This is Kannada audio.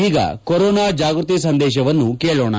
ಈಗ ಕೊರೊನಾ ಜಾಗೃತಿ ಸಂದೇಶವನ್ನು ಕೇಳೋಣ